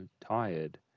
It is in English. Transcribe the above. tired